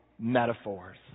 metaphors